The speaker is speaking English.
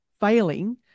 failing